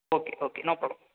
okay okay no problem